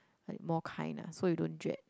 like more kind ah so you don't dread